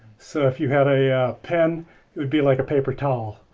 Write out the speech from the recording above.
so if you had a pen it'd be like a paper towel.